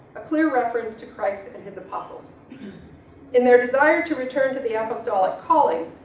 a clear reference to christ and his apostles in their desire to return to the apostolic calling.